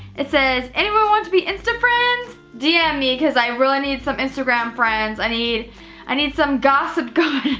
it says anyone want to be insta friends? dm me cause i really need some instagram friends. i need i need some gossip going on.